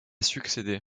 succédé